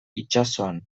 itsasoan